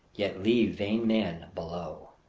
yet leave vain man below.